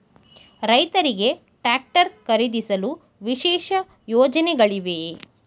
ರೈತರಿಗೆ ಟ್ರಾಕ್ಟರ್ ಖರೀದಿಸಲು ವಿಶೇಷ ಯೋಜನೆಗಳಿವೆಯೇ?